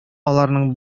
аларның